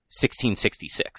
1666